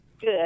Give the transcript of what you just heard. good